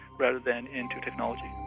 rather than into technology.